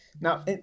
now